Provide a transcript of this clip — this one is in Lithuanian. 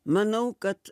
manau kad